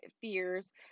fears